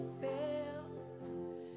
fail